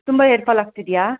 ತುಂಬ hair fall ಆಗ್ತಿದ್ಯಾ